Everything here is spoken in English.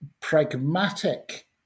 pragmatic